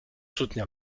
soutenir